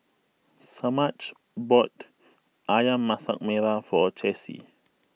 Semaj bought Ayam Masak Merah for Chessie